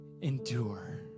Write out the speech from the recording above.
endure